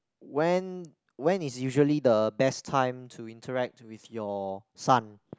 when when is usually the best time to interact with your son